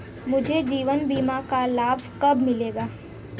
मुझे जीवन बीमा का लाभ कब मिलेगा?